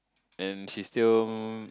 and she still